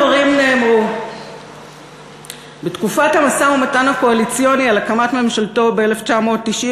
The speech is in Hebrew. הדברים נאמרו בתקופת המשא-ומתן הקואליציוני על הקמת ממשלתו ב-1990.